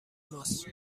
ماست